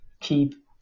keep